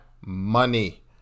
money